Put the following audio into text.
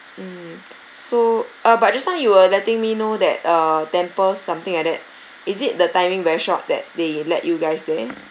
mm so uh but just now you were letting me know that uh temple something like that is it the timing very short that they let you guys there